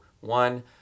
One